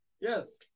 yes